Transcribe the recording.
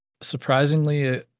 surprisingly